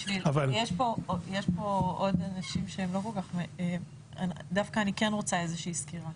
יש פה עוד אנשים שהם לא כל כך דווקא אני רוצה איזה שהיא סקירה,